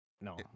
no